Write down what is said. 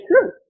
true